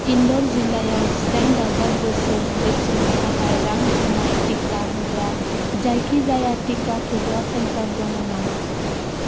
इन्दर जिल्लायाव जिदाइन दाजाब बोसोर बैसोनि थाखाय रां होनाय टिका होग्रा जायखिजाया टिका थुग्रा सेन्टार दङ नामा